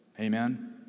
Amen